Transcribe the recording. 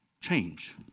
change